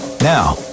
now